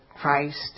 Christ